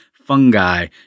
fungi